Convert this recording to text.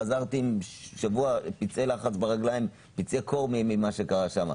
חזרתי עם פצעי לחץ ברגליים, פצעי קור ממה שקרה שם.